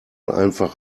einfach